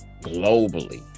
globally